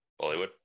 Bollywood